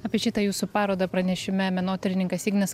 apie šitą jūsų parodą pranešime menotyrininkas ignas